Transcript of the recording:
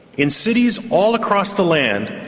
in cities all across the land,